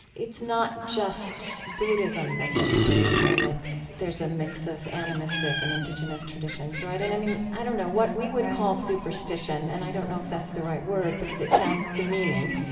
it's not just buddhism that's at play in burma. it's there's a mix of animistic and indigenous traditions, right? and i mean, i don't know, what we would call superstition right and i don't know if that's the right word because it sounds demeaning.